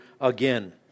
again